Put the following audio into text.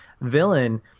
villain